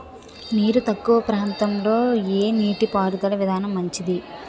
నీరు తక్కువ ప్రాంతంలో ఏ నీటిపారుదల విధానం మంచిది?